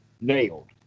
nailed